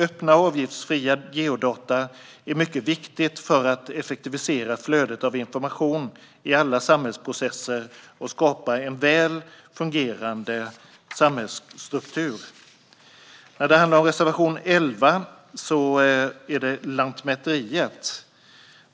Det är mycket viktigt med öppna och avgiftsfria geodata för att effektivisera flödet av information i alla samhällsprocesser och skapa en väl fungerande samhällsstruktur. Reservation 11 handlar om Lantmäteriet.